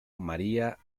maria